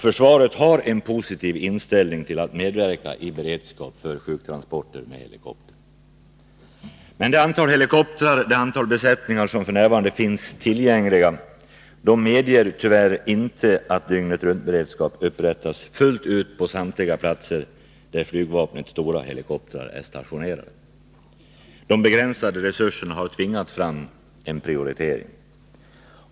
Försvaret har en positiv inställning till att medverka för att hålla beredskap för sjuktransporter, men det antal helikoptrar och besättningar som f. n. finns tillgängligt medger tyvärr inte att dygnetruntberedskap upprättas på samtliga platser där flygvapnets stora helikoptrar är stationerade. De begränsade resurserna har tvingat fram en prioritering.